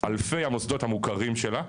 אלפי המוסדות המוכרים שלה,